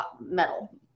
metal